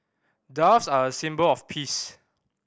doves are a symbol of peace